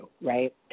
right